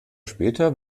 später